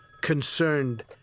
concerned